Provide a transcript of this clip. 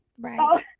Right